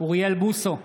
אוריאל בוסו,